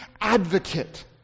advocate